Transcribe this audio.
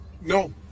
No